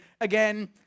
Again